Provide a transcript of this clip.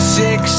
six